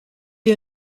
est